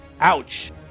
Ouch